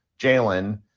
Jalen